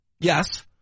Yes